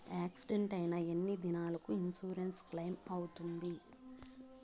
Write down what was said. Accident అయిన ఎన్ని దినాలకు ఇన్సూరెన్సు క్లెయిమ్ అవుతుంది?